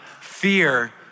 fear